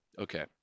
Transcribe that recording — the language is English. Okay